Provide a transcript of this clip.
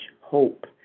hope